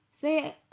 say